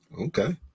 okay